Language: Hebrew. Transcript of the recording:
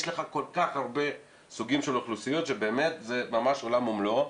יש לך כל כך הרבה סוגים של אוכלוסיות שבאמת זה ממש עולם ומלואו.